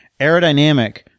aerodynamic